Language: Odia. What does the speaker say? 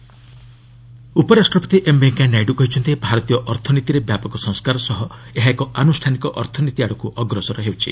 ଭିପି ଉପରାଷ୍ଟ୍ରପତି ଏମ୍ ଭେଙ୍କିୟା ନାଇଡୁ କହିଛନ୍ତି ଭାରତୀୟ ଅର୍ଥନୀତିରେ ବ୍ୟାପକ ସଂସ୍କାର ସହ ଏହା ଏକ ଆନୁଷ୍ଠାନିକ ଅର୍ଥନୀତି ଆଡ଼କୁ ଅଗ୍ରସର ହେଉଛି